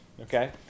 Okay